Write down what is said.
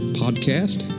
podcast